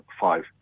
five